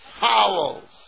fowls